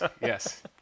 yes